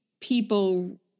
people